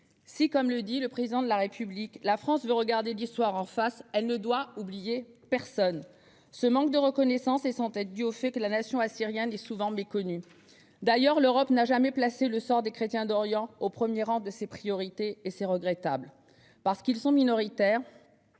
Si, comme le dit le Président de la République, la France veut regarder l'histoire en face, elle ne doit oublier personne. Ce manque de reconnaissance est sans doute dû au fait que la nation assyrienne est souvent méconnue. D'ailleurs, l'Europe n'a jamais placé le sort des chrétiens d'Orient au premier rang de ses priorités- et c'est regrettable -parce que ceux-ci sont minoritaires,